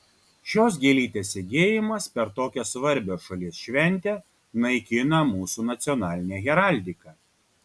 šios gėlytės segėjimas per tokią svarbią šalies šventę naikina mūsų nacionalinę heraldiką